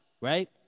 right